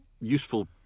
useful